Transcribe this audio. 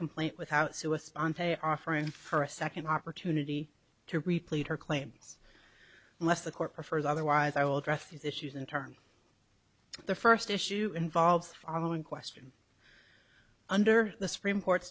complaint without suicide and pay off or infer a second opportunity to replace her claims unless the court prefers otherwise i will address these issues in turn the first issue involves the following question under the supreme court